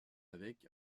avec